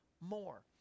more